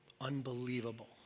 unbelievable